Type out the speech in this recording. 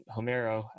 Homero